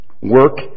Work